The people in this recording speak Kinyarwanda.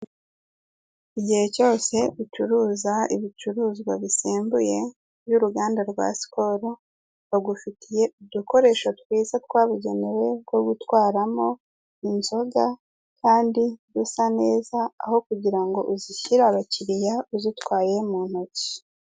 Igihe cyose ucuruza ibicuruzwa bisembuye by'uruganda rwa sikoro, bagufitiye udukoresho twiza twabugenewe two gutwaramo inzoga, kandi dusa neza aho kugirango uzishyire abakiriya uzitwaye mu ntoki.